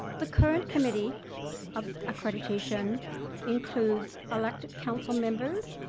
the current committee of accreditation includes elected council members,